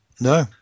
No